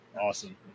Awesome